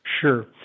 Sure